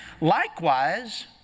Likewise